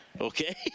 Okay